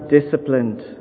disciplined